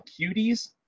Cuties